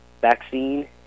vaccine